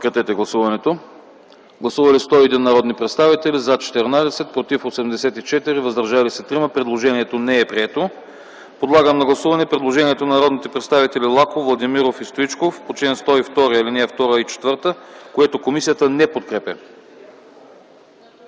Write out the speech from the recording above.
не подкрепя. Гласували 101 народни представители: за 14, против 84, въздържали се 3. Предложението не е прието. Подлагам на гласуване предложението на народните представители Лаков, Владимиров и Стоичков по чл. 102, ал. 2 и 4, което комисията не подкрепя.